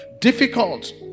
difficult